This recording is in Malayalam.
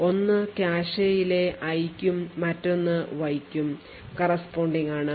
ഒന്ന് കാഷെയിലെ i ക്കും മറ്റൊന്ന് y ക്കും corresponding ആണ്